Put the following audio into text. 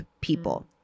people